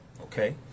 okay